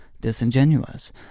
disingenuous